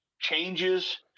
changes